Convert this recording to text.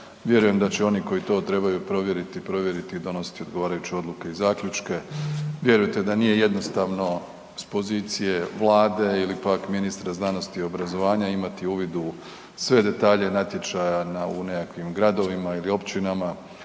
vjerujem da će oni koji to trebaju provjeriti, provjeriti i donositi odgovarajuće odluke i zaključke, vjerujte da nije jednostavno s pozicije Vlade ili pak ministra znanosti i obrazovanja imati uvid u sve detalje natječaja u nekakvim gradovima ili općinama